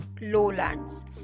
lowlands